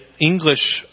English